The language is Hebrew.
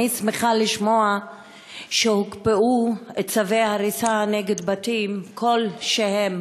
אני שמחה לשמוע שהוקפאו צווי ההריסה נגד בתים כלשהם,